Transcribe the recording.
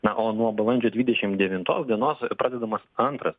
na o nuo balandžio dvidešimt devintos dienos pradedamas antras